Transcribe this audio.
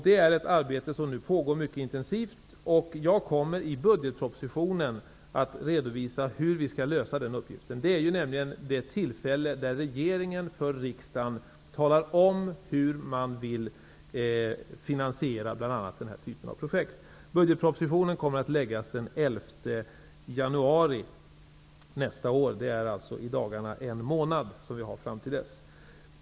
Det är ett arbete som nu pågår mycket intensivt. Jag kommer att i budgetpropositionen redovisa hur vi skall lösa den uppgiften. Det är nämligen det tillfälle då regeringen för riksdagen talar om hur man vill finansiera bl.a. den här typen av projekt. Budgetpropositionen kommer att läggas fram den 11 januari nästa år. Det är alltså i dagarna en månad till dess.